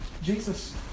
Jesus